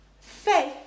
faith